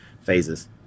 phases